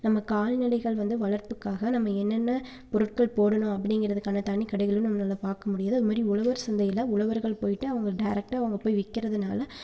நம்ம கால்நடைகள் வந்து வளர்ப்புக்காக நம்ம என்னென்ன பொருட்கள் போடணும் அப்படிங்குறதுக்கான தனிக்கடைகளும் நம்மளால் பார்க்க முடியுது அதே மாதிரி உழவர் சந்தையில உழவர்கள் போய்ட்டு அவங்க டேரக்டாக அவங்க போய் விக்கிறதனால